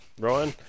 Ryan